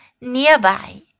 nearby